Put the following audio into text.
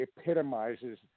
epitomizes